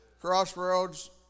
Crossroads